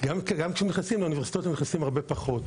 שגם כשהם נכנסים לאוניברסיטאות הם נכנסים הרבה פחות,